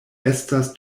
estas